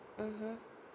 mmhmm